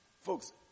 Folks